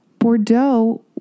bordeaux